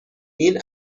این